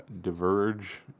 Diverge